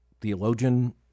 theologian